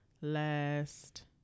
last